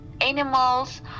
animals